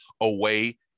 away